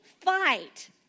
fight